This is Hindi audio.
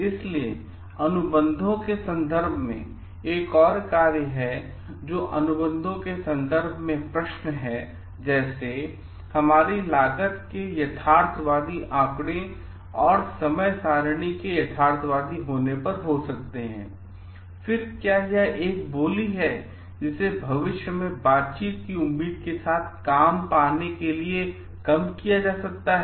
इसलिए अनुबंधों के संदर्भ में एक और कार्य है जो अनुबंधों के संदर्भ में प्रश्न है जैसे हमारी लागत के यथार्थवादी आंकड़ों और समय सारणी के यथार्थवादी होने पर हो सकते हैं फिर क्या यह एक बोली है जिसे भविष्य में बातचीत की उम्मीद के साथ काम पाने के लिए कम किया गया है